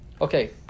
Okay